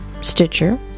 Stitcher